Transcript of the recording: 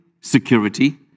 security